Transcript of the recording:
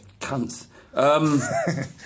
Cunts